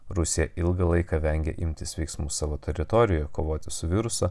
rusija ilgą laiką vengė imtis veiksmų savo teritorijoje kovoti su virusu